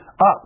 Up